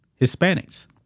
Hispanics